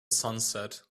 sunset